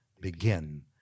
begin